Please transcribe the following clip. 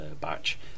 batch